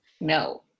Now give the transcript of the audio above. No